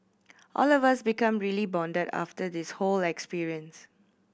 all of us became really bonded after this whole experience